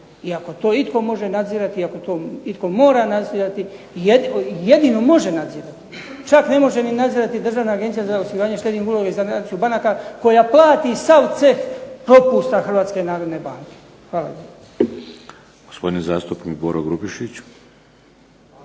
I ako to itko može nadzirati i ako to itko mora nadzirati i jedino može nadzirati, čak ne može ni nadzirati Državna agencija za osiguranje štednih uloga i sanaciju banaka koja plati sav ceh propusta Hrvatske narodne banke. Hvala